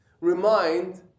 Remind